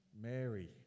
Mary